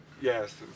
Yes